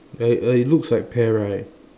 ya uh it looks like pear right